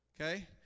okay